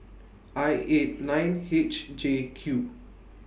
I eight nine H J Q